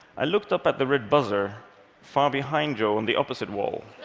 i looked up at the red buzzer far behind joe on the opposite wall.